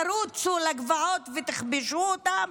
תרוצו לגבעות ותכבשו אותן?